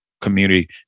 community